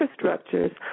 infrastructures